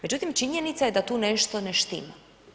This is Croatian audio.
Međutim činjenica je da tu nešto ne štima.